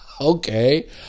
Okay